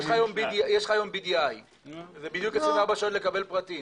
יש לך היום BDI. זה 24 שעות לקבל פרטים.